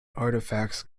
artifacts